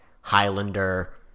Highlander